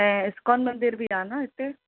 त इस्कॉन मंदर बि आहे न हिते